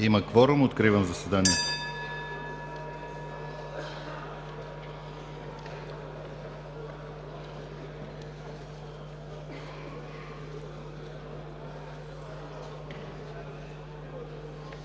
Има кворум, откривам заседанието.